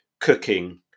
cooking